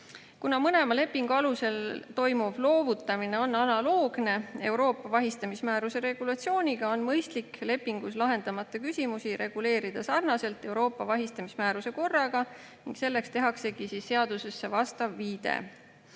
Kuna mõlema lepingu alusel toimuv loovutamine on analoogne Euroopa vahistamismääruse regulatsiooniga, on mõistlik lepingus lahendamata küsimusi reguleerida sarnaselt Euroopa vahistamismääruse korraga ning selleks tehaksegi seadusesse vastav viide.